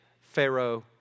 Pharaoh